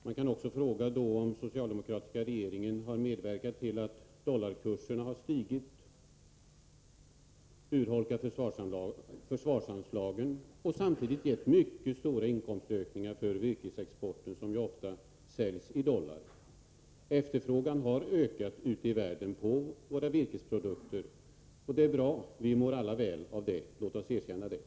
Man kan också fråga om den socialdemokratiska regeringen har medverkat till att dollarkursen har stigit, urholkat försvarsanslagen och samtidigt medfört mycket stora inkomstökningar för virkesexporten, som ju ofta säljs i dollar. Efterfrågan har ökat ute i världen på våra virkesprodukter. Det är bra och vi mår alla väl av det. Låt oss erkänna detta.